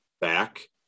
back